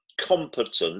competent